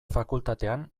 fakultatean